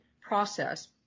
process